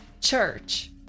church